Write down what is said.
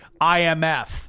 IMF